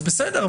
בסדר,